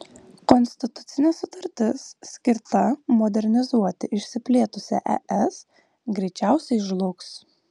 konstitucinė sutartis skirta modernizuoti išsiplėtusią es greičiausiai žlugs